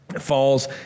falls